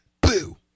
boo